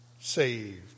saved